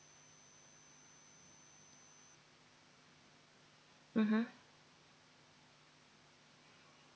mmhmm